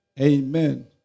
Amen